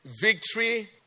victory